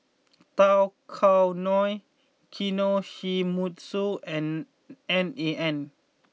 Tao Kae Noi Kinohimitsu and N A N